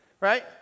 Right